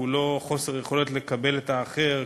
כולו חוסר יכולת לקבל את האחר,